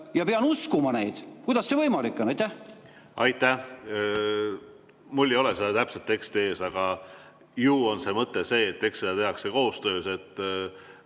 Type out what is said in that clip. ja pean uskuma neid. Kuidas see võimalik on? Aitäh! Mul ei ole seda täpset teksti ees, aga ju oli mõte selles, et eks seda tehakse koostöös.